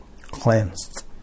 Cleansed